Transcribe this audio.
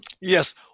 Yes